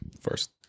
First